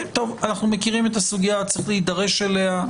אנחנו מכירים את הסוגיה וצריך להידרש אליה.